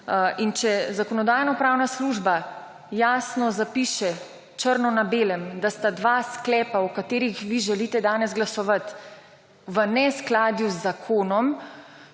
in če Zakonodajno-pravna služba jasno zapiše črno na belem, da sta dva sklepa, o katerih vi želite danes glasovati v neskladju z zakonom,